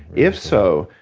if so,